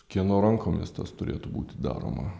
kieno rankomis tas turėtų būti daroma